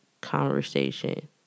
conversation